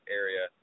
area